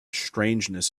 strangeness